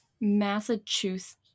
Massachusetts